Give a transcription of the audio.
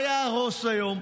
מה יהרוס היום?